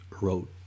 wrote